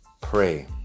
pray